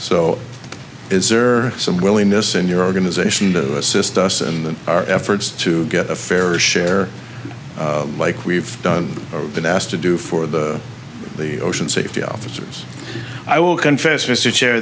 so is there some willingness in your organization to assist us in our efforts to get a fair share like we've done or been asked to do for the ocean safety officers i will confess mr chair